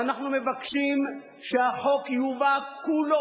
ואנחנו מבקשים שהחוק יובא כולו,